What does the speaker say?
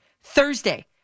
Thursday